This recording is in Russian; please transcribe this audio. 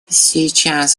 сейчас